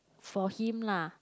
for him lah